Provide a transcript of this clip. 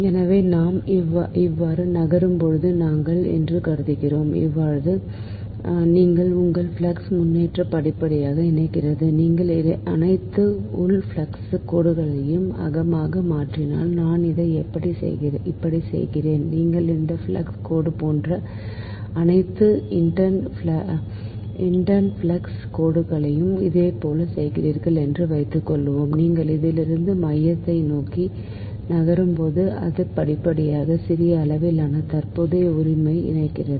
எனவே நாம் இவ்வாறு நகரும் போது நாங்கள் என்று கருதுகிறோம் அதாவது உங்கள் உள் ஃப்ளக்ஸ் முன்னேற்றம் படிப்படியாக இணைக்கிறது நீங்கள் அனைத்து உள் ஃப்ளக்ஸ் கோடுகளையும் அகமாக மாற்றினால் நான் இதை இப்படி செய்கிறேன் நீங்கள் இந்த ஃப்ளக்ஸ் கோடு போன்ற அனைத்து இன்டர்ன் ஃப்ளக்ஸ் கோட்டையும் இது போல் செய்கிறீர்கள் என்று வைத்துக்கொள்வோம் நீங்கள் இதிலிருந்து மையத்தை நோக்கி நகரும் போது அது படிப்படியாக சிறிய அளவிலான தற்போதைய உரிமையை இணைக்கிறது